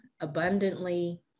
abundantly